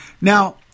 Now